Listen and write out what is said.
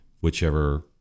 whichever